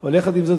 אבל יחד עם זאת,